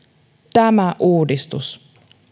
tämä uudistus